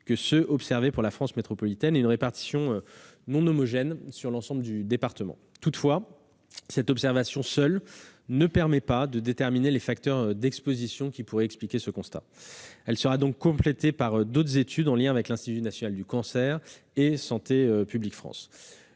ont été observés pour la France métropolitaine et une répartition non homogène sur le département. Seule, cette observation ne permet pas de déterminer les facteurs d'expositions qui pourraient expliquer ce constat. Elle sera donc complétée par d'autres études, en lien avec l'Institut national du cancer et Santé publique France.